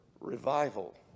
revival